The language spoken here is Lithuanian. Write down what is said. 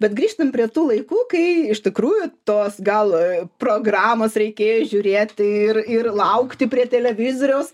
bet grįžtam prie tų laikų kai iš tikrųjų tos gal programos reikėjo žiūrėti ir ir laukti prie televizoriaus